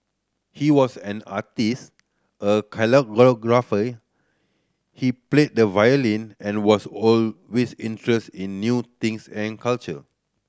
he was an artist a he played the violin and was always interested in new things and culture